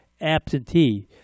absentee